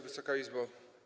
Wysoka Izbo!